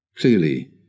Clearly